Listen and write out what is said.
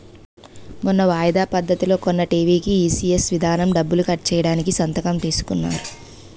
మొన్న వాయిదా పద్ధతిలో కొన్న టీ.వి కీ ఈ.సి.ఎస్ విధానం డబ్బులు కట్ చేయడానికి సంతకం తీసుకున్నారు